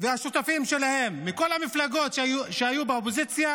שלהם מכל המפלגות שהיו באופוזיציה